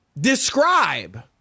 describe